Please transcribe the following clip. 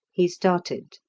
he started.